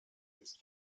ist